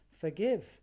forgive